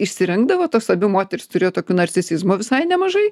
išsirengdavo tos abi moterys turėjo tokio narcisizmo visai nemažai